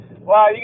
Wow